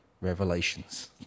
revelations